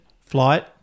Flight